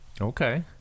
Okay